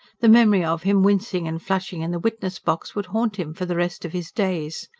the memory of him wincing and flushing in the witness-box would haunt him for the rest of his days.